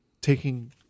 taking